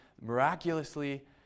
miraculously